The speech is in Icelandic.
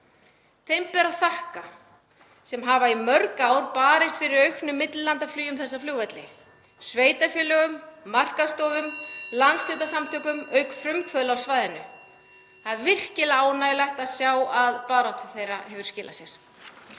Þeim ber að þakka sem hafa í mörg ár barist fyrir auknu millilandaflugi um þessa flugvelli; (Forseti hringir.) sveitarfélögum, markaðsstofum, landshlutasamtökum, auk frumkvöðla á svæðinu. Það er virkilega ánægjulegt að sjá að barátta þeirra hefur skilað sér.